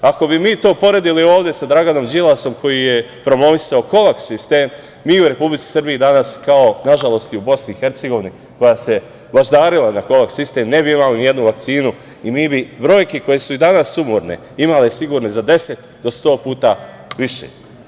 Ako bi mi to poredili ovde sa Draganom Đilasom, koji je promovisao … sistem, mi u Republici Srbiji danas, kao, nažalost, i u Bosni i Hercegovini, koja se baždarila … sistem ne bi imao nijednu vakcinu i mi bi brojke koje su i danas sumorne imali sigurno za 10 do 100 puta više.